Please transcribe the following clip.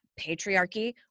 patriarchy